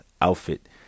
outfit